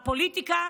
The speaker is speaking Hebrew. הפוליטיקה?